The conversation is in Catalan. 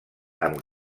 amb